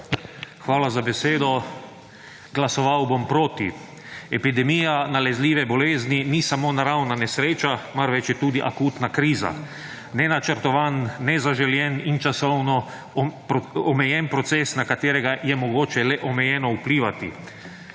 Hvala za besedo. Glasoval bom proti. Epidemija nalezljive bolezni ni samo naravna nesreča, marveč je tudi akutna kriza – nenačrtovan, nezaželen in časovno omejen proces, na katerega je mogoče le omejeno vplivati.